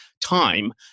time